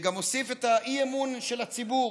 הוסיף גם את האי-אמון של הציבור.